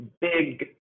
big